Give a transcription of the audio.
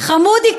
חמודי,